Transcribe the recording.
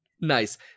Nice